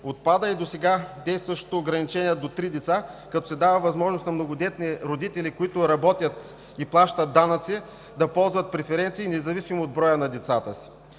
Отпада и досега действащото ограничение до три деца, като се дава възможност на многодетни родители, които работят и плащат данъци, да ползват преференции, независимо от броя на децата си.